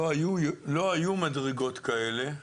לא היו מדרגות כאלה,